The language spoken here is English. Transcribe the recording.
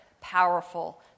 powerful